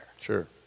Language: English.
Sure